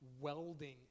welding